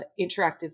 interactive